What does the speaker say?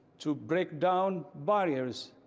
to break down barriers,